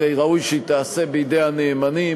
הרי ראוי שהיא תיעשה בידי הנאמנים,